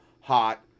hot